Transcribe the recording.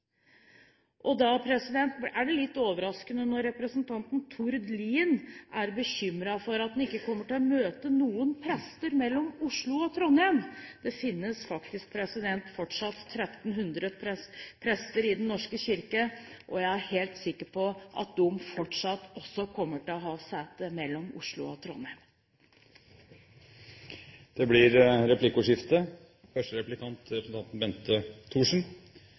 er det litt overraskende at representanten Tord Lien er bekymret for at han ikke kommer til å møte noen prester mellom Oslo og Trondheim. Det finnes faktisk fortsatt 1 300 prester i Den norske kirke, og jeg er helt sikker på at de fortsatt også kommer til å ha sete mellom Oslo og Trondheim. Det blir replikkordskifte.